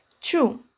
True